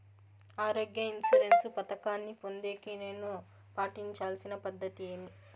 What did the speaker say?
ఆరోగ్య ఇన్సూరెన్సు పథకాన్ని పొందేకి నేను పాటించాల్సిన పద్ధతి ఏమి?